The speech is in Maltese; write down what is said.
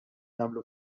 nagħmlu